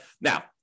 Now